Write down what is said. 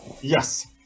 yes